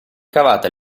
cavata